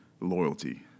loyalty